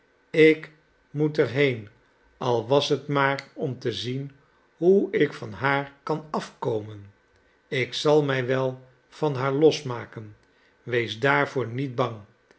ik moet er heen al was het maar om te zien hoe ik van haar kan afkomen ik zal mij wel van haar losmaken wees daarvoor niet bang